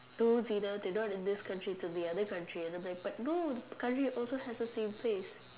no Zina they're not in this country it's in the other country and I'm like no but no this country also has like the same place